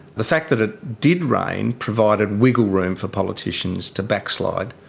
the fact that it did rain provided wriggle room for politicians to backslide.